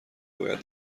باید